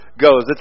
goes